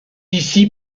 ici